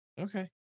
Okay